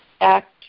act